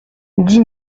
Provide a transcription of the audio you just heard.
dix